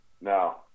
No